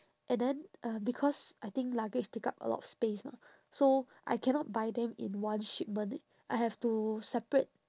and then um because I think luggage take up a lot of space mah so I cannot buy them in one shipment eh I have to separate